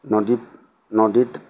নদীত নদীত